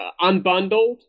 unbundled